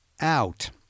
out